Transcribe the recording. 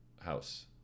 house